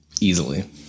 easily